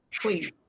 Please